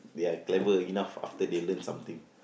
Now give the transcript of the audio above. they are clever enough after they learn something